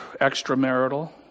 Extramarital